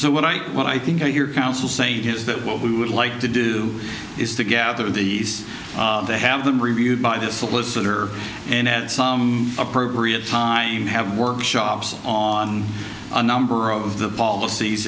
so what i what i think your counsel saying is that what we would like to do is to gather these they have them reviewed by the solicitor and add some appropriate time have workshops on a number of the policies